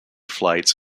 flights